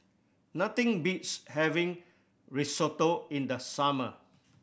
nothing beats having Risotto in the summer